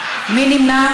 לא נתקבלה.